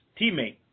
teammate